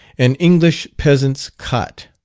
an english peasant's cot.